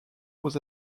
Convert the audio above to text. aux